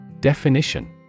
Definition